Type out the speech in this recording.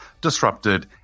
disrupted